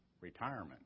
retirement